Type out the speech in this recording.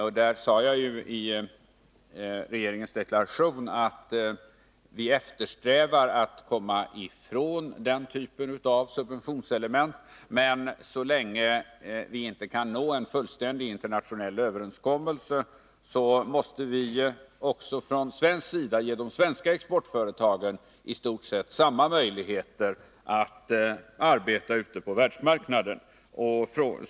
På den punkten sade jag i regeringens deklaration att vi eftersträvar att komma ifrån den typen av subventionselement men att vi, så länge vi inte kan nå en fullständig internationell överenskommelse, också från svensk sida måste ge de egna exportföretagen i stort sett samma möjligheter som andra sådana företag att arbeta ute på världsmarknaden.